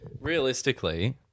realistically